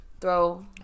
throw